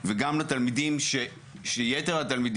גם של הכנסת וגם של הממשלה,